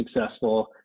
successful